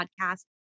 podcast